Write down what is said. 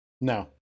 No